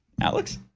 Alex